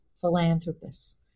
philanthropists